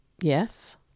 Yes